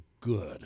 good